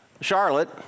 Charlotte